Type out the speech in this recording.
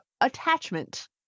Attachment